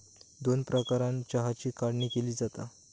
दोन प्रकारानं चहाची काढणी केली जाता